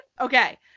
Okay